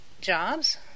jobs